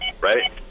right